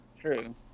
true